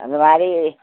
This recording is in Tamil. அந்தமாதிரி